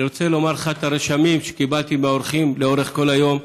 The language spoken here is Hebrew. אני רוצה לומר לך את הרשמים שקיבלתי מהאורחים לאורך כל היום.